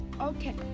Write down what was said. Okay